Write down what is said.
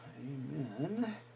Amen